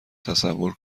تصور